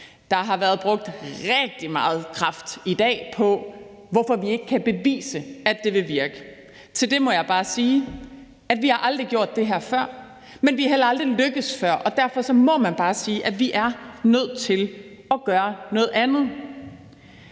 Der er blevet brugt rigtig meget i kraft i dag på, hvorfor vi ikke kan bevise, at det vil virke. Til det må jeg bare sige, at vi aldrig har gjort det her før, men at vi heller aldrig er lykkedes før. Derfor må vi bare sige, at vi er nødt til at gøre noget andet.